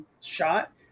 shot